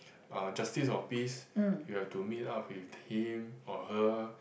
uh justice of peace you have to meet up with him or her